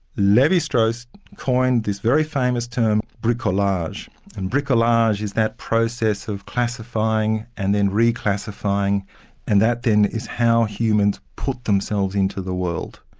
levi-strauss coined this very famous term bricolage and bricolage is that process of classifying and then re-classifying and that then is how humans put themselves into the world.